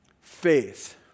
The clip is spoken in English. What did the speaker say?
faith